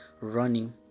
running